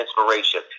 inspiration